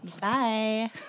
Bye